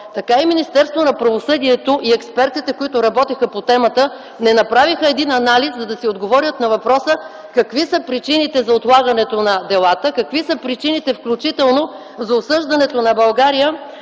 Така и Министерството на правосъдието, и експертите, които работеха по темата, не направиха анализ, за да си отговорят на въпроса какви са причините за отлагането на делата, какви са причините, включително за осъждането на България